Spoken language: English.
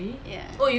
ya